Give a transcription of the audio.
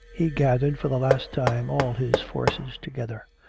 he gathered for the last time all his forces together.